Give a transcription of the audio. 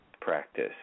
practice